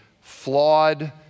flawed